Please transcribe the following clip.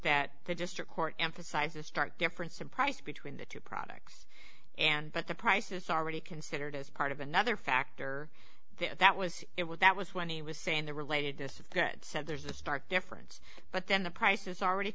that the district court emphasize a stark difference in price between the two dollars products and but the prices already considered as part of another factor that was it was that was when he was saying the relatedness of goods said there's a stark difference but then the prices are already